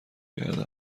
کرده